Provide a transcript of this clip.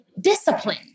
Discipline